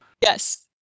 Yes